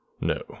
No